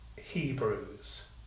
Hebrews